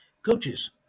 Coaches